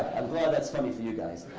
i'm glad that's funny for you guys.